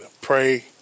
pray